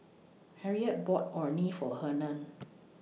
Harriette bought Orh Nee For Hernan